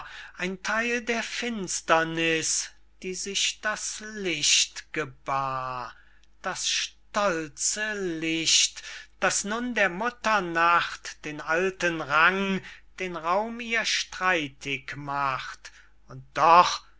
ein theil der finsterniß die sich das licht gebar das stolze licht das nun der mutter nacht den alten rang den raum ihr streitig macht und doch